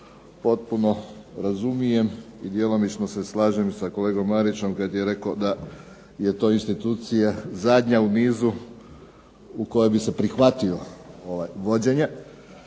potpuno razumijem i djelomično se slažem sa kolegom Marićem kada je rekao da je to institucija zadnja u nizu u kojoj bi se prihvatio vođenje.